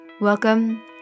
Welcome